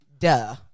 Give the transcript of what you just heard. Duh